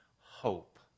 hope